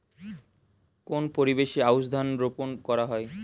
কোন পরিবেশে আউশ ধান রোপন করা হয়?